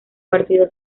partido